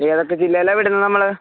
ഏതൊക്കെ ജില്ലയിലാനു വിടുന്നത് നമ്മൾ